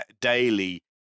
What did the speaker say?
daily